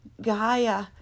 Gaia